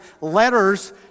letters